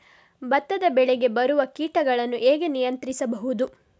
ಭತ್ತದ ಬೆಳೆಗೆ ಬರುವ ಕೀಟಗಳನ್ನು ಹೇಗೆ ನಿಯಂತ್ರಿಸಬಹುದು?